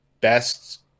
best